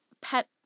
pet